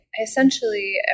essentially